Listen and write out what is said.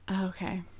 Okay